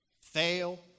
Fail